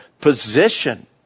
position